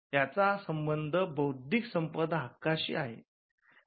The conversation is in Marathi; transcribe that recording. याचा संबंध बौद्धिक संपदा हक्कशी आहे